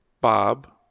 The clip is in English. Bob